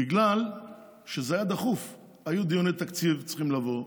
בגלל שזה היה דחוף, היו דיוני תקציב שצריכים לבוא.